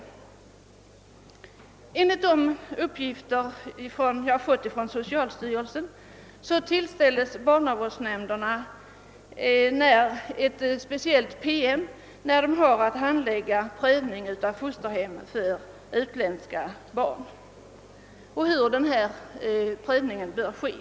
Enligt uppgifter jag har fått från socialstyrelsen tillställs barnavårdsnämnderna, när de har att handlägga frågor om prövning av fosterhem för utländska barn, en speciell promemoria med anvisningar om hur prövningen bör ske.